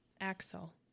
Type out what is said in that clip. Axel